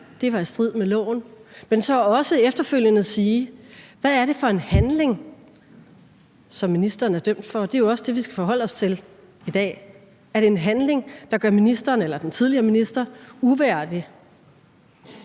her var i strid med loven, men så også efterfølgende sige: Hvad er det for en handling, som ministeren er dømt for? Det er jo også det, vi skal forholde os til i dag. Er det en handling, der gør den tidligere minister uværdig